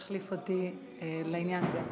יחליף אותי לעניין הזה.